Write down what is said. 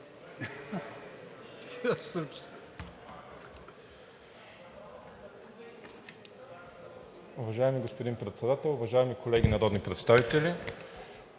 Уважаеми господин Председател, уважаеми колеги народни представители!